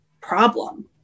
problem